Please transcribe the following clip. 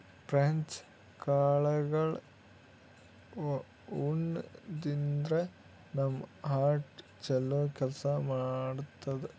French ಕಾಳ್ಗಳ್ ಉಣಾದ್ರಿನ್ದ ನಮ್ ಹಾರ್ಟ್ ಛಲೋ ಕೆಲ್ಸ್ ಮಾಡ್ತದ್